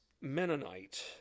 Mennonite